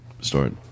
start